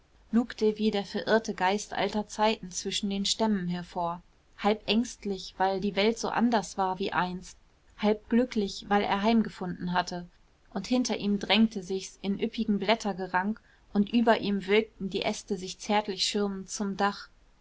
lugte wie der verirrte geist alter zeiten zwischen den stämmen hervor halb ängstlich weil die welt so anders war wie einst halb glücklich weil er heimgefunden hatte und hinter ihm drängte sich's in üppigem blättergerank und über ihm wölbten die äste sich zärtlich schirmend zum dach